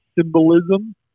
symbolism